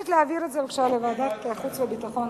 אני מבקשת להעביר את זה לוועדת החוץ והביטחון.